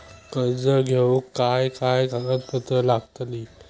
कर्ज घेऊक काय काय कागदपत्र लागतली?